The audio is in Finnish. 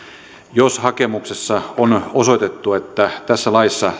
jos hakemuksessa on on osoitettu että tässä laissa